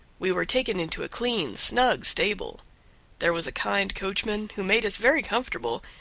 we were taken into a clean, snug stable there was a kind coachman, who made us very comfortable,